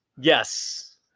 Yes